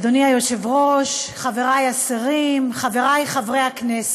אדוני היושב-ראש, חברי השרים, חברי חברי הכנסת,